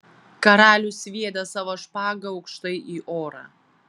karalius sviedė savo špagą aukštai į orą